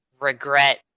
regret